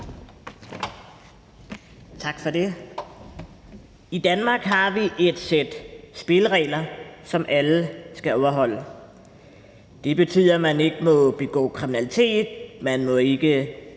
Tak for det. I Danmark har vi et sæt spilleregler, som alle skal overholde. Det betyder, at man ikke må begå kriminalitet, man må ikke